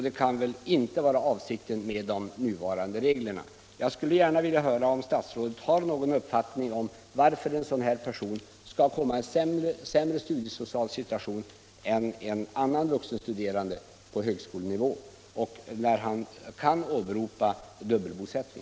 Det kan väl inte vara avsikten med de nuvarande reglerna? Jag skulle gärna vilja höra om statsrådet har någon uppfattning om varför en person som mannen jag talade om skall hamna i en sämre studiesocial situation än en annan vuxenstuderande på högskolenivå, trots att han kan åberopa dubbelbosättning.